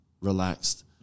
relaxed